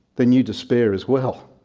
then you despair as well.